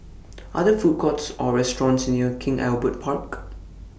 Are There Food Courts Or restaurants near King Albert Park